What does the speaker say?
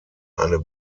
eine